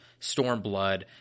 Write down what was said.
Stormblood